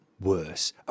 worse